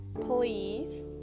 please